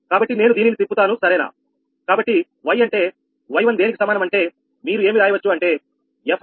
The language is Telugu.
కాబట్టి నేను దీనిని తిప్పుతాను సరేనా